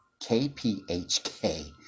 KPHK